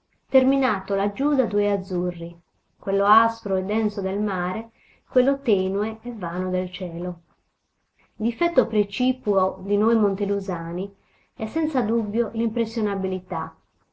terminato laggiù da due azzurri quello aspro e denso del mare quello tenue e vano del cielo difetto precipuo di noi montelusani è senza dubbio